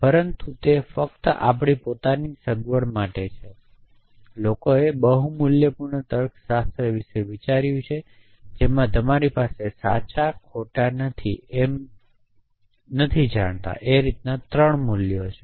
પરંતુ તે ફક્ત આપણી પોતાની સગવડ માટે છે પરંતુ લોકોએ બહુ મૂલ્યપૂર્ણ તર્કશાસ્ત્ર વિશે વિચાર્યું છે જેમાં તમારી પાસે સાચા ખોટા નથી જાણતા એમ 3 મૂલ્યો છે